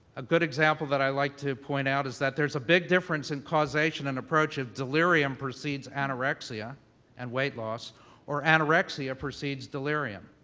a good example that i like to point out is that there's a big difference in causation and approach if delirium precedes anorexia and weight loss or anorexia precedes delirium.